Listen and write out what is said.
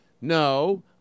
no